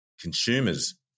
consumers